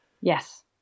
Yes